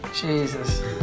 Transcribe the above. Jesus